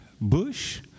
Bush